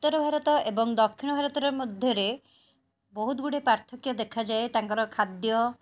ଉତ୍ତର ଭାରତ ଏବଂ ଦକ୍ଷିଣ ଭାରତର ମଧ୍ୟରେ ବହୁତ ଗୁଡ଼ିଏ ପାର୍ଥକ୍ୟ ଦେଖାଯାଏ ତାଙ୍କର ଖାଦ୍ୟ